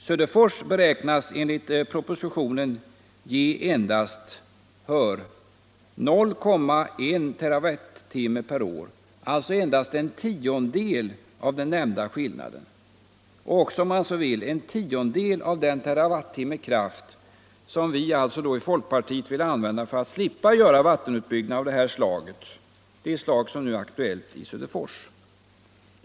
Söderfors beräknas enligt propositionen ge endast 0,1 TWh per år, alltså endast en tiondel av den nämnda skillnaden och, om man så vill, en tiondel av den terawattimme kraft som vi i folkpartiet vill spara för att slippa göra vattenutbyggnader av det slag som nu är aktuellt i Söderfors.